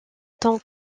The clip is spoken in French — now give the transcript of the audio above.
tant